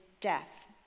death